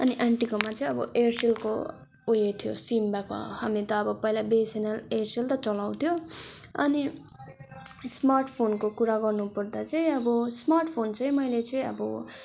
अनि आन्टीकोमा चाहिँ अब एयरटेलको उयो थियो सिम भएको हामी त अब पहिला बिएसएनएल एयरसेल त चलाउँथ्यो अनि स्मार्ट फोनको कुरा गर्नुपर्दा चाहिँ अब स्नार्ट फोन चाहिँ मैले चाहिँ अब